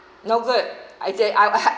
no good I say I I